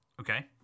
Okay